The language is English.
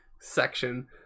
section